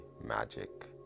magic